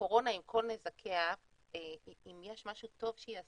הקורונה עם כל נזקיה, אם יש משהו טוב שהיא עשתה,